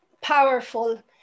powerful